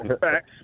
Facts